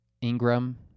Ingram